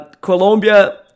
Colombia